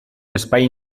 espai